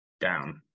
Down